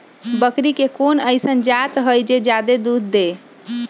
बकरी के कोन अइसन जात हई जे जादे दूध दे?